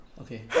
Okay